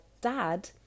dad